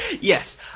Yes